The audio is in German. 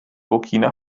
burkina